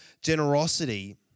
generosity